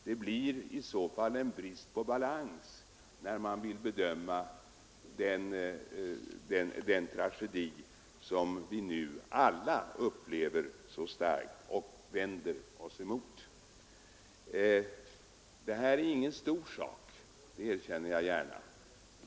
Det blir härigenom en brist på balans när man vill bedöma den tragedi som vi nu alla upplever så starkt och vänder oss emot. Det här är sannerligen ingen stor sak, det erkänner jag gärna.